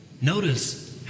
Notice